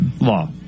law